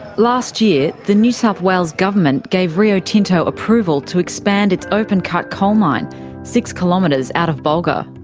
last year, the new south wales government gave rio tinto approval to expand its open cut coalmine, six kilometres out of bulga.